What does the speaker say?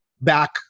back